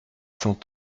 cent